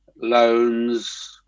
loans